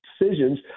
decisions